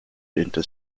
into